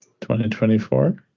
2024